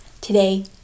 Today